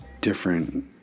different